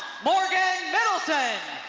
morgan middleton.